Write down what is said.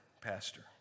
Pastor